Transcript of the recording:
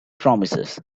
promises